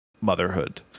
motherhood